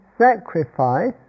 Sacrifice